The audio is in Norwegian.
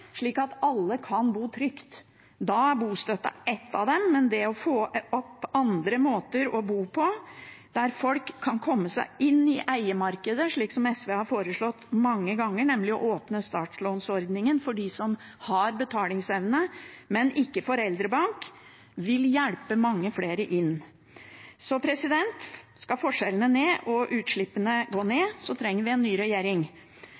slik at alle kan bo trygt. Da er bostøtte et av dem. Det å få opp andre måter å bo på, slik at folk kan komme seg inn i eiemarkedet, slik SV har foreslått mange ganger, nemlig å åpne startlånordningen for dem som har betalingsevne, men ikke foreldrebank, vil hjelpe mange flere inn. Skal forskjellene ned og utslippene gå ned, trenger vi en ny regjering.